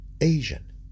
Asian